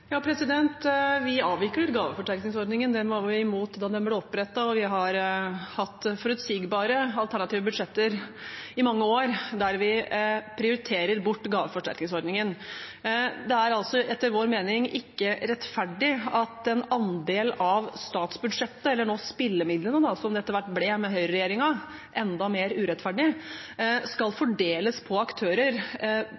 Vi avvikler gaveforsterkningsordningen. Den var vi imot da den ble opprettet, og vi har hatt forutsigbare alternative budsjetter i mange år der vi prioriterer bort gaveforsterkningsordningen. Det er etter vår mening ikke rettferdig at en andel av statsbudsjettet – eller nå spillemidlene, som det etter hvert ble med høyreregjeringen, enda mer urettferdig – skal